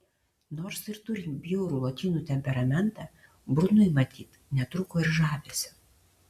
nors ir turint bjaurų lotynų temperamentą brunui matyt netrūko ir žavesio